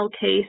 case